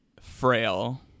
frail